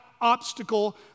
obstacle